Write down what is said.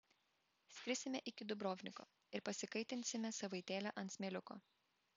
skrisime iki dubrovniko ir pasikaitinsime savaitėlę ant smėliuko